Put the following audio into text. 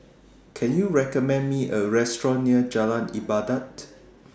Can YOU recommend Me A Restaurant near Jalan Ibadat